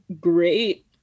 great